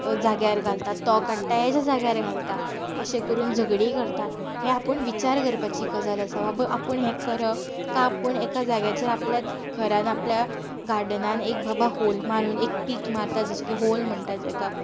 जाग्यार घालतात तो काडटा हाचे जाग्यार घालता अशें करून झगडीं करता हें आपूण विचार करपाची गरज आसा आपूण हें करप काय आपूण एका जाग्याचेर आपल्या घरांत आपल्या गार्डनांत एक बाबा होल मारून पीट मारतात होल म्हणटात तेका